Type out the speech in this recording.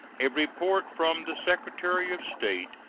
a report from the secretary of state,